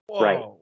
right